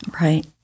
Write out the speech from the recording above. right